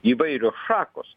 įvairios šakos